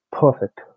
perfect